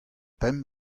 pemp